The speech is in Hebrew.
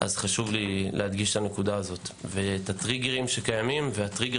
חשוב לי להדגיש את הנקודה ואת הטריגרים שקיימים ואת הטריגר